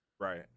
right